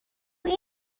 این